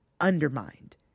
undermined